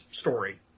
story